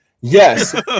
Yes